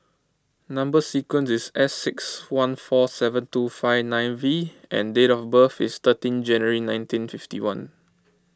Number Sequence is S six one four seven two five nine V and date of birth is thirteen January nineteen fifty one